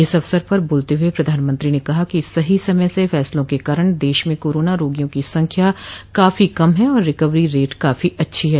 इस अवसर पर बोलते हुए प्रधानमंत्री ने कहा कि सही समय से फैसलों के कारण देश में कोरोना रोगियों की संख्या काफी कम है और रिकवरी रेट काफी अच्छी है